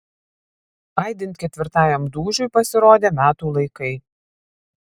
aidint ketvirtajam dūžiui pasirodė metų laikai